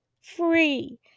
free